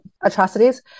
atrocities